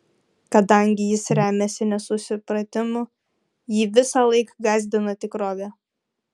kadangi jis remiasi nesusipratimu jį visąlaik gąsdina tikrovė